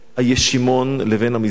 הישימון לבין המזרע.